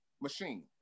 machine